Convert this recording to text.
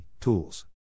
tools